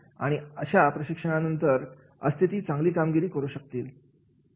आणि अशा प्रशिक्षणानंतर असते चांगली कामगिरी करू शकतील